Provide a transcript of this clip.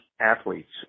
athletes